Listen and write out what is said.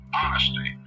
honesty